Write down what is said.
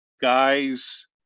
guys